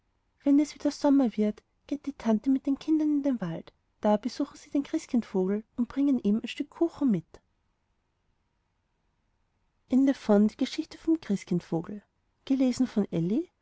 wenn es wieder sommer wird geht die tante mit den kindern in den wald da besuchen sie den christkindvogel und bringen ihm ein stück kuchen mit